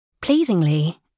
Pleasingly